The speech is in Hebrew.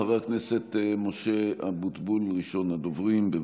חבר הכנסת משה אבוטבול, ראשון הדוברים, בבקשה.